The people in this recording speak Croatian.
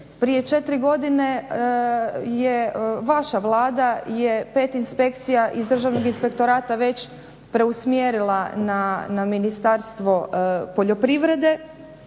Prije 4 godine je vaša Vlada je 5 inspekcija iz Državnog inspektorata već preusmjerila na Ministarstvo poljoprivrede.